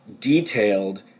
detailed